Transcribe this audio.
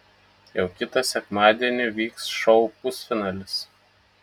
jau kitą sekmadienį vyks šou pusfinalis